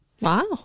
Wow